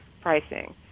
pricing